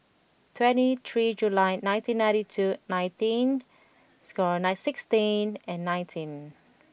twenty three July nineteen ninety two nineteen score nine sixteen and nineteen